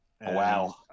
Wow